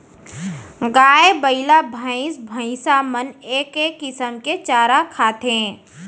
गाय, बइला, भईंस भईंसा मन एके किसम के चारा खाथें